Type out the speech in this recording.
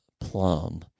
plum